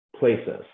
places